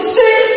six